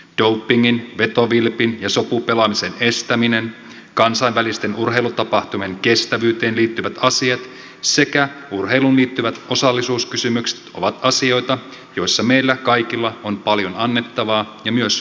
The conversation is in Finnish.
dopingin vetovilpin ja sopupelaamisen estäminen kansainvälisten urheilutapahtumien kestävyyteen liittyvät asiat sekä urheiluun liittyvät osallisuuskysymykset ovat asioita joissa meillä kaikilla on paljon annettavaa ja myös vaikutusvaltaa